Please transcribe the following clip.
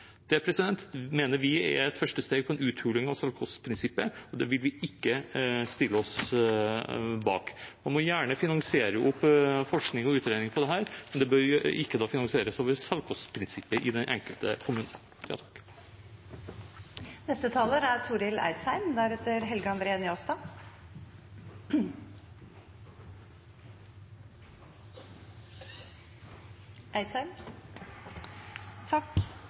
Det mener vi er et første steg på en uthuling av selvkostprinsippet, og det vil vi ikke stille oss bak. Man må gjerne finansiere opp forskning og utredning på dette, men det bør ikke finansieres over selvkostprinsippet i den enkelte kommune.